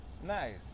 nice